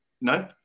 no